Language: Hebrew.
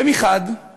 ומצד אחד